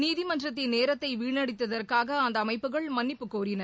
நீதிமன்றத்தின் நேரத்தை வீணடித்ததற்காக அந்த அமைப்புகள் மன்னிப்பு கோரின